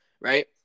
right